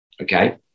Okay